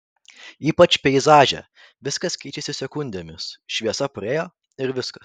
ypač peizaže viskas keičiasi sekundėmis šviesa praėjo ir viskas